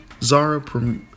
Zara